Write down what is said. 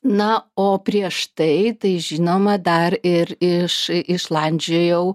na o prieš tai tai žinoma dar ir iš išlandžiojau